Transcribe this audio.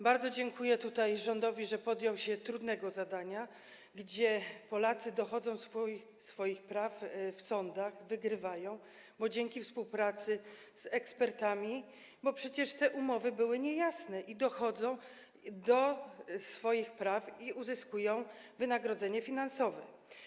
Bardzo dziękuję tutaj rządowi, że podjął się trudnego zadania i że Polacy dochodzą swoich praw w sądach, wygrywają dzięki współpracy z ekspertami, bo przecież te umowy były niejasne, dochodzą swoich praw i uzyskują zadośćuczynienie finansowe.